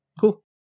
Cool